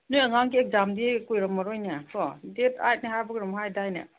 ꯅꯣꯏ ꯑꯉꯥꯡꯒꯤ ꯑꯦꯛꯖꯥꯝꯗꯤ ꯀꯨꯏꯔꯝꯃꯔꯣꯏꯅꯦ ꯀꯣ ꯗꯦꯠ ꯑꯥꯏꯠꯅꯤ ꯍꯥꯏꯕ꯭ꯔ ꯀꯩꯅꯣꯝ ꯍꯥꯏꯗꯥꯏꯅꯦ